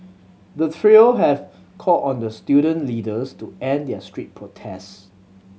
the trio have called on the student leaders to end their street protest